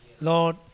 Lord